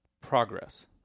progress